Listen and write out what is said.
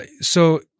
so-